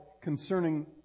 concerning